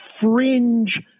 fringe